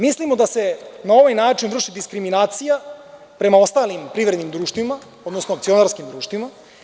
Mislimo da se na ovaj način vrši diskriminacija prema ostalim privrednim društvima, odnosno akcionarskim društvima.